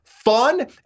fun